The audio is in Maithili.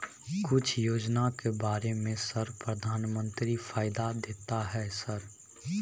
कुछ योजना के बारे में सर प्रधानमंत्री फायदा देता है सर?